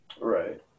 Right